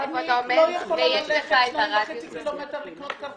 אני לא יכולה ללכת 2.5 קילומטרים כדי לקנות כרטיס.